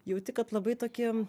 jauti kad labai tokį